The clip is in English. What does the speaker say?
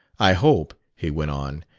i hope, he went on,